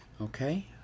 Okay